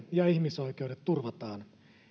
ja ihmisoikeudet turvataan